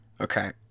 Okay